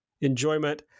enjoyment